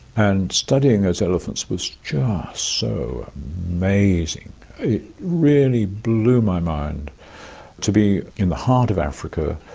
and studying those elephants was so amazing. it really blew my mind to be in the heart of africa.